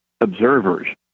observers